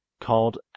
called